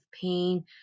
pain